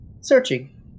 Searching